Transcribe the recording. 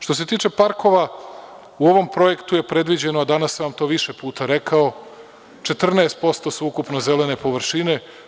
Što se tiče parkova u ovom projektu je predviđeno, a danas sam to više puta rekao, 14% ukupno su zelene površine.